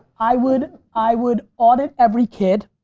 i would i would audit every kid,